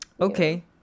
Okay